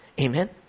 Amen